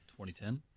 2010